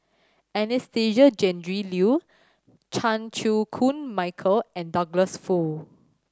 Anastasia Tjendri Liew Chan Chew Koon Michael and Douglas Foo